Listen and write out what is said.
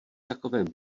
takovém